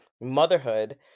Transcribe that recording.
motherhood